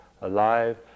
alive